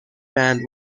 band